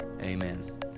Amen